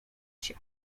się